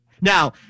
Now